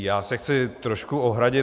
Já se chci trošku ohradit.